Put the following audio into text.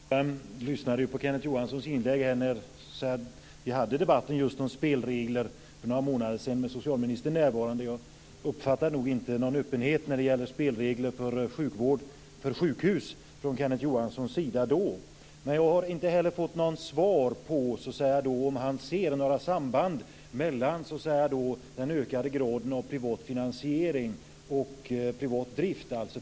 Fru talman! Jag lyssnade på Kenneth Johanssons inlägg när vi för några månader sedan förde debatten om spelregler med socialministern närvarande. Jag uppfattade då inte någon öppenhet från Kenneth Johansson när det gäller spelregler för sjukhus. Jag har inte heller fått något svar på om han ser några samband mellan den höjda graden av privat finansiering och privat drift.